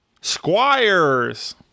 Squires